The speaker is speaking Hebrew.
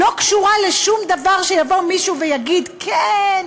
לא קשורות לשום דבר שיבוא מישהו ויגיד: כן,